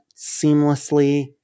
seamlessly